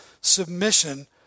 submission